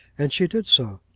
and she did so.